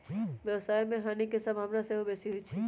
व्यवसाय में हानि के संभावना सेहो बेशी होइ छइ